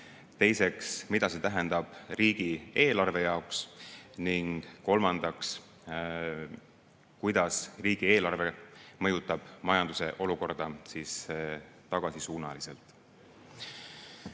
teiseks, mida see tähendab riigieelarve jaoks, ning kolmandaks, kuidas riigieelarve mõjutab majanduse olukorda tagasisuunaliselt.